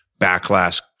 backlash